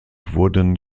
wurden